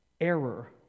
error